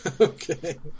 Okay